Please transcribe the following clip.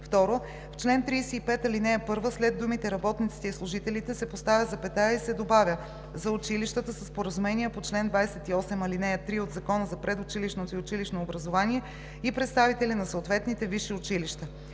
2. В чл. 35, ал. 1 след думите „работниците и служителите“ се поставя запетая и се добавя „за училищата със споразумение по чл. 28, ал. 3 от Закона за предучилищното и училищното образование – и представители на съответните висши училища“.